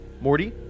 Morty